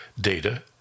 Data